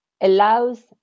allows